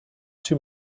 too